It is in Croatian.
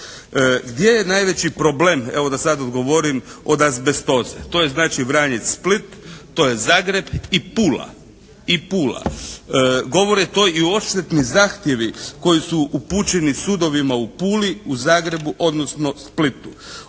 evo da sad govorim od azbestoze. To je znači Vranjic Split, to je Zagreb i Pula. I Pula. Govore to i odštetni zahtjevi koji su upućeni sudovima u Puli, u Zagrebu, odnosno Splitu.